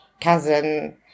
cousin